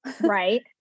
Right